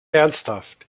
ernsthaft